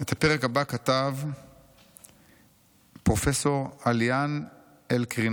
את הפרק הבא כתב פרופ' עליאן אלקרינאוי,